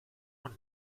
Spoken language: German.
und